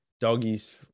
Doggies